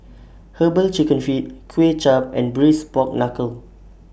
Herbal Chicken Feet Kuay Chap and Braised Pork Knuckle